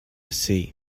sea